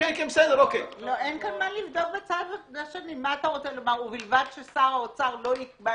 כולל את כל חברות התקשורת, כולל את חברת